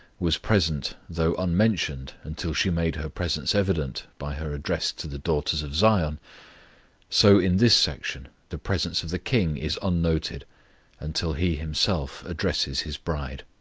was present though unmentioned until she made her presence evident by her address to the daughters of zion so in this section the presence of the king is unnoted until he himself addresses his bride.